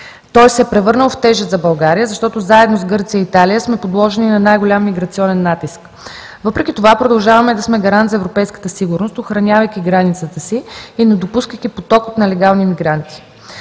Той се е превърнал в тежест за България, защото заедно с Гърция и Италия сме подложени на най-голям миграционен натиск. Въпреки това продължаваме да сме гарант за европейската сигурност, охранявайки границата си и недопускайки поток от нелегални мигранти.